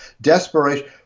Desperation